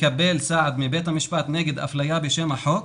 לקבל סעד מבית המשפט נגד אפליה בשם החוק,